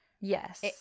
yes